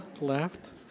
left